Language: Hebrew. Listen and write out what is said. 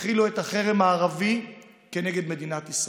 הפעילו את החרם הערבי כנגד מדינת ישראל.